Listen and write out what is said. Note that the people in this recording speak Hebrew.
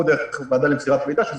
אינדיבידואלי אלא מידע קיבוצי אז צריך